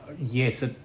Yes